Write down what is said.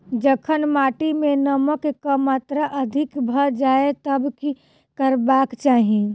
जखन माटि मे नमक कऽ मात्रा अधिक भऽ जाय तऽ की करबाक चाहि?